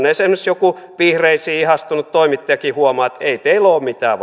esimerkiksi joku vihreisiin ihastunut toimittajakin huomaa että ei teillä ole ole mitään